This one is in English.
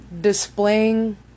displaying